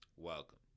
Welcome